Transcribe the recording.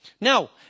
Now